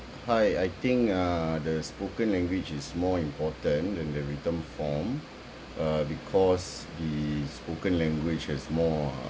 hi I think uh the spoken language is more important than the written form uh because the spoken language has more